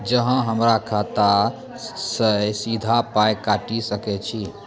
अहॉ हमरा खाता सअ सीधा पाय काटि सकैत छी?